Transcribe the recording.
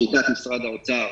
לשיטת משרד האוצר,